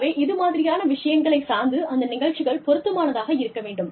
ஆகவே இதுமாதிரியான விஷயங்களை சார்ந்து அந்த நிகழ்ச்சிகள் பொருத்தமானதாக இருக்க வேண்டும்